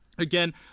Again